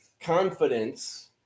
confidence